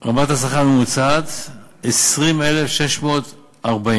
רמת השכר הממוצעת: 20,640,